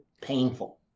painful